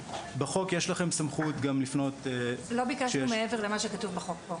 בחוק יש לכם סמכות גם לפנות --- לא ביקשנו מעבר למה שכתוב בחוק פה.